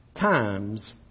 times